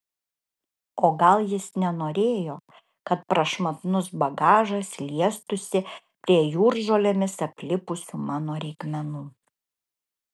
o gal jis nenorėjo kad prašmatnus bagažas liestųsi prie jūržolėmis aplipusių mano reikmenų